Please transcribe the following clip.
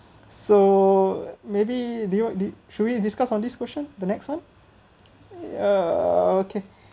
so maybe do you do should we discussed on this question the next one uh okay